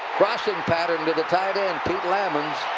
crossing pattern to the tight end, pete lammons.